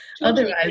Otherwise